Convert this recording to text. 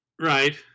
Right